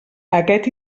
aquest